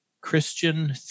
Christian